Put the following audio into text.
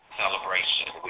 celebration